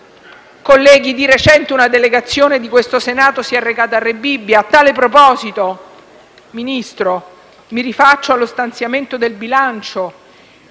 Colleghi, di recente una delegazione di questo Senato si è recata a Rebibbia. A tale proposito, signor Ministro, mi rifaccio allo stanziamento del bilancio: